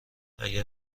اگه